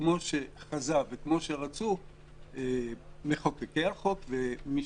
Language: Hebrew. וכמו שחזו וכמו שרצו מחוקקי החוק ומי